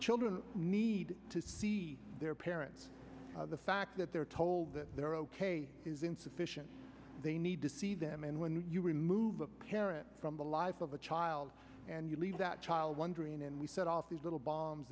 children need to see their parents the fact that they're told that they're ok is insufficient they need to see them and when you remove a parent from the life of a child and you leave that child wondering and we set off these little